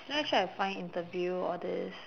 know actually I find interview all these